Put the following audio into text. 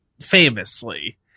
famously